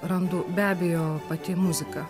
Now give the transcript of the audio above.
randu be abejo pati muzika